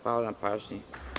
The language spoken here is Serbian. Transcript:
Hvala na pažnji.